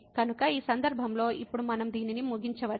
కాబట్టి ఈ సందర్భంలో ఇప్పుడు మనం దీనిని ముగించవచ్చు